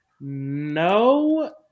No